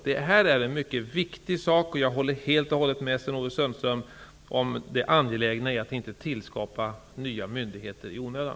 Det här är en mycket viktig sak. Jag håller helt och hållet med Sten-Ove Sundström om det angelägna i att inte tillskapa nya myndigheter i onödan.